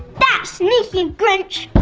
that sneaky grinch!